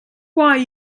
why